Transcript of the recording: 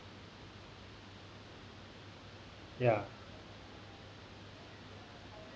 ya